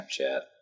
Snapchat